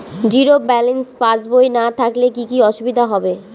Zero balance পাসবই না থাকলে কি কী অসুবিধা হবে?